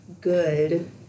good